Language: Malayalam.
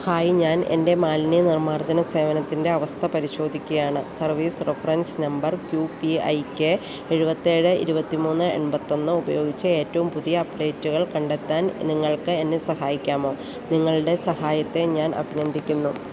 ഹായ് ഞാൻ എൻ്റെ മാലിന്യ നിർമാർജ്ജന സേവനത്തിൻ്റെ അവസ്ഥ പരിശോധിക്കുകയാണ് service reference number Q P I K എഴുപത്തിയേഴ് ഇരുപത്തിമൂന്ന് എൺപത്തിയൊന്ന് ഉപയോഗിച്ച് ഏറ്റവും പുതിയ അപ്ഡേറ്റുകൾ കണ്ടെത്താൻ നിങ്ങൾക്കെന്നെ സഹായിക്കാമോ നിങ്ങളുടെ സഹായത്തെ ഞാൻ അഭിനന്ദിക്കുന്നു